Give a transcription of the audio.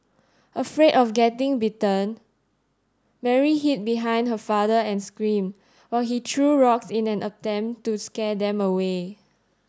afraid of getting bitten Mary hid behind her father and screamed while he threw rocks in an attempt to scare them away